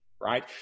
Right